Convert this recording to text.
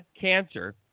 cancer